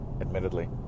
admittedly